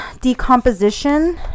decomposition